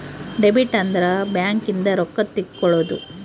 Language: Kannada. ಡೆಬಿಟ್ ಅಂದ್ರ ಬ್ಯಾಂಕ್ ಇಂದ ರೊಕ್ಕ ತೆಕ್ಕೊಳೊದು